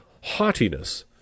haughtiness